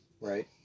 right